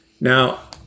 Now